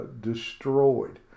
destroyed